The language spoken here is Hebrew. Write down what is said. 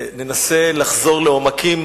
וננסה לחזור לעומקים